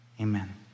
Amen